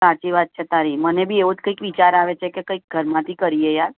સાચી વાત છે તારી મને બી એવો જ કંઈક વિચાર આવે છે કે કંઈક ઘરમાંથી કરીએ યાર